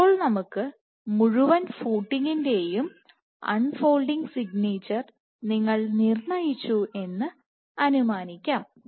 ഇപ്പോൾ നമുക്ക് മുഴുവൻ ഫൂട്ടിങ്ൻറെയും അൺ ഫോൾഡിങ് സിഗ്നേച്ചർ നിങ്ങൾ നിർണയിച്ചു എന്ന് അനുമാനിക്കാം